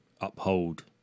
uphold